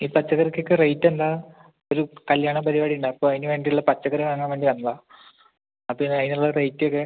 ഈ പച്ചക്കറിക്കൊക്കെ റേറ്റ് എന്താ ഒരു കല്ല്യാണപ്പരിപാടി ഉണ്ട് അപ്പോൾ അതിനു വേണ്ടിയുള്ള പച്ചക്കറി വാങ്ങാൻ വേണ്ടി വന്നതാണ് അപ്പോൾ അതിനുള്ള റേറ്റ് ഒക്കെ